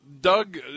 Doug